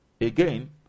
Again